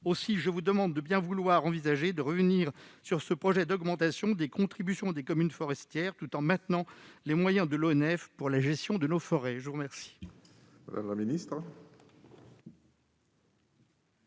Aussi, je vous demande de bien vouloir envisager de revenir sur ce projet d'augmentation des contributions des communes forestières tout en maintenant les moyens de l'ONF pour la gestion de nos forêts. La parole